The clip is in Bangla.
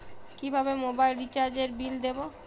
কিভাবে মোবাইল রিচার্যএর বিল দেবো?